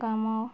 କାମ